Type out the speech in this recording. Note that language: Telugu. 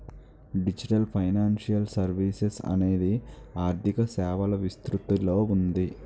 డిజిటల్ ఫైనాన్షియల్ సర్వీసెస్ అనేది ఆర్థిక సేవల విస్తృతిలో ఉంది